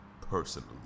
Personally